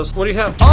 what do you have?